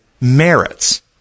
merits